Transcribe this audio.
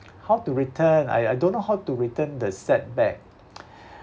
how to return I I don't know how to return the set back